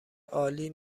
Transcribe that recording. عالی